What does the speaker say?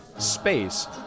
space